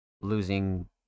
losing